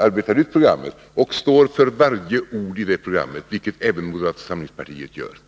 arbetade ut programmet, och jag står för varje ord i det programmet, vilket även moderata samlingspartiet gör.